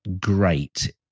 great